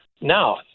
Now